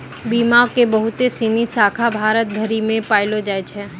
बीमा के बहुते सिनी शाखा भारत भरि मे पायलो जाय छै